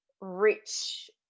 rich